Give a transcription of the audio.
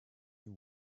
they